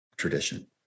Tradition